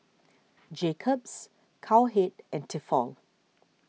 Jacob's Cowhead and Tefal